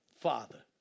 Father